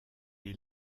est